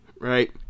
right